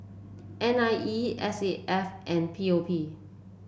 N I E S A F and P O P